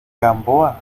gamboa